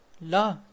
la